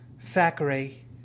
Thackeray